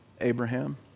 Abraham